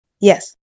Yes